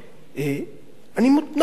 נכון,